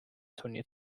turnier